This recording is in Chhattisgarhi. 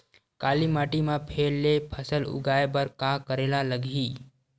काली माटी म फेर ले फसल उगाए बर का करेला लगही?